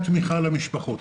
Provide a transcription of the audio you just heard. הנושא האחרון, התמיכה למשפחות